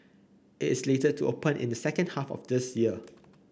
it is slated to open in the second half of this year